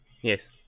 Yes